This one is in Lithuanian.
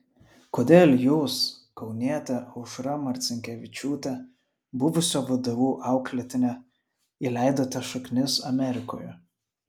kodėl jūs kaunietė aušra marcinkevičiūtė buvusio vdu auklėtinė įleidote šaknis amerikoje